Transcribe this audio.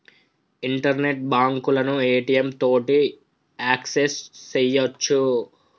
internet బాంకులను ATM తోటి access సెయ్యొచ్చు